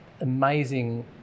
amazing